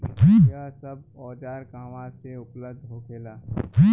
यह सब औजार कहवा से उपलब्ध होखेला?